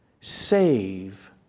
save